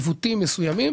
עיוותים מסוימים